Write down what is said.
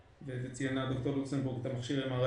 ציינה ד"ר לוקסמבורג את מכשיר ה-MRI